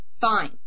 fine